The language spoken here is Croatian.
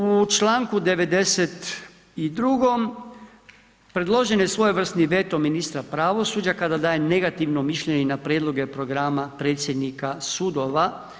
U čl. 92. predložen je svojevrsni veto ministra pravosuđa kada daje negativno mišljenje na prijedloge programa predsjednika sudova.